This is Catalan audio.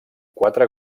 quatre